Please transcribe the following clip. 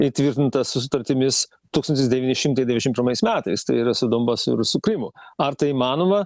įtvirtintą sutartimis tūkstantis devyni šimtai devyniasdešim pirmais metais tai yra su donbasu ir su krymu ar tai įmanoma